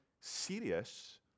serious